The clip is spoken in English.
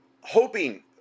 hoping